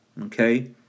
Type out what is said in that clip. Okay